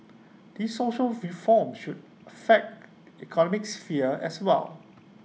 these social reforms sure fact economic sphere as well